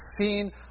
seen